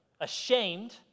ashamed